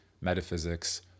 metaphysics